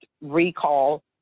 recall